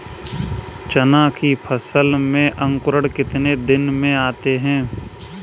चना की फसल में अंकुरण कितने दिन में आते हैं?